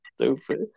Stupid